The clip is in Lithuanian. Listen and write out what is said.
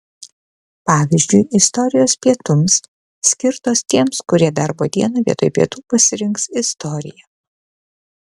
pavyzdžiui istorijos pietums skirtos tiems kurie darbo dieną vietoj pietų pasirinks istoriją